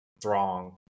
Throng